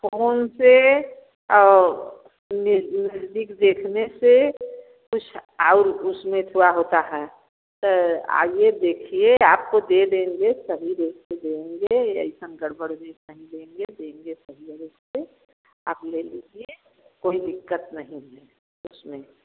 phone से वह ने ने नज़दीक देखने से कुछ और उसमें थोड़ा होता है तो आइए देखिए आपको दे देंगे सही रेट से देंगे गड़बड़ रेट नहीं देंगे देंगे सही रेट से आप ले लीजिये कोई दिक्कत नहीं है उसमें